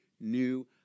new